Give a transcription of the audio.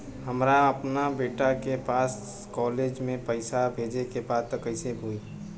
हमरा अपना बेटा के पास कॉलेज में पइसा बेजे के बा त कइसे होई?